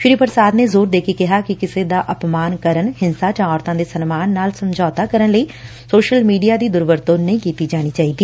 ਸ਼ੀ ਪ੍ਸਾਦ ਨੇ ਜ਼ੋਰ ਦੇ ਕੇ ਕਿਹਾ ਕਿ ਕਿਸੇ ਦਾ ਅਪਮਾਨ ਕਰਨ ਹਿੰਸਾ ਜਾਂ ਔਰਤਾਂ ਦੇ ਸਨਮਾਨ ਨਾਲ ਸਮਝੌਤਾ ਕਰਨ ਲਈ ਸੋਸ਼ਲ ਮੀਡੀਆ ਦੀ ਦੁਰ ਵਰਤੋਂ ਨਹੀਂ ਕੀਤੀ ਜਾਣੀ ਚਾਹੀਦੀ